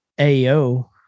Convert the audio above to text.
AO